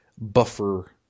buffer